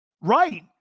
Right